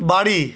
বাড়ি